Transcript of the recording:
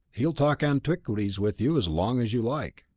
he'll talk antiquities with you as long as you like.